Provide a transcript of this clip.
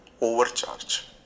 overcharge